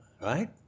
right